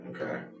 Okay